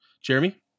Jeremy